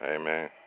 Amen